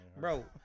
Bro